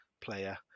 player